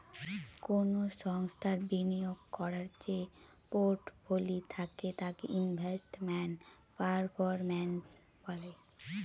কোনো সংস্থার বিনিয়োগ করার যে পোর্টফোলি থাকে তাকে ইনভেস্টমেন্ট পারফরম্যান্স বলে